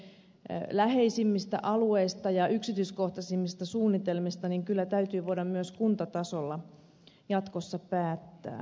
elikkä niistä kaikkein läheisimmistä alueista ja yksityiskohtaisimmista suunnitelmista kyllä täytyy voida myös kuntatasolla jatkossa päättää